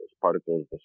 particles